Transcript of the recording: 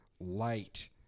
light